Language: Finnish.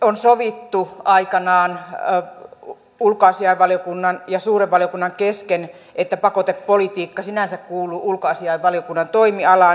on sovittu aikanaan ulkoasiainvaliokunnan ja suuren valiokunnan kesken että pakotepolitiikka sinänsä kuuluu ulkoasiainvaliokunnan toimialaan